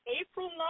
April